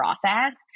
process